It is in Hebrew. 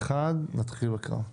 הצבעה אושר נתחיל בהקראה.